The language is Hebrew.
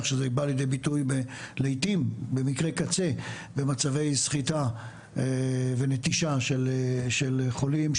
שזה בא לידי ביטוי לעיתים במקרי קצה במצבי סחיטה ונטישה של חולים,